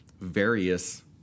various